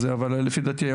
אבל לפי דעתי,